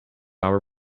hour